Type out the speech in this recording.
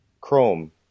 Chrome